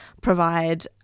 provide